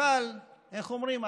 אבל איך אומרים?